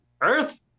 earth